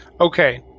Okay